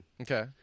okay